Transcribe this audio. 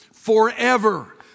Forever